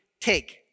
take